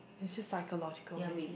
it's just psychological maybe